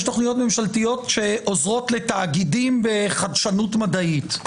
יש תכניות ממשלתיות שעוזרות לתאגידים בחדשנות מדעית.